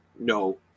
no